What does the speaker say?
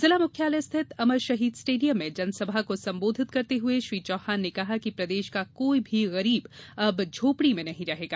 जिला मुख्यालय स्थित अमर शहीद स्टेडियम में जनसभा को संबोधित करते हुये श्री चौहान ने कहा कि प्रदेश का कोई भी गरीब अब झोपड़ी में नहीं रहेगा